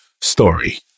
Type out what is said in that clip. story